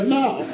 now